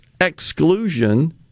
exclusion